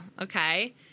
okay